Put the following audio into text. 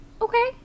okay